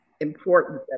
important